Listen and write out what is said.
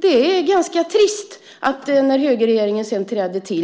Det är ganska trist att högerregeringen när den sedan trätt till